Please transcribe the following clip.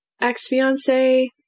Ex-fiance